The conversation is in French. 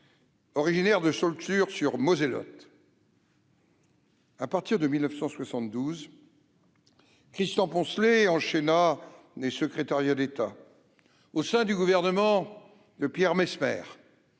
originaire de Saulxures-sur-Moselotte. À partir de 1972, Christian Poncelet enchaîna les secrétariats d'État. Au sein du gouvernement de Pierre Messmer,